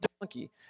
donkey